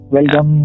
Welcome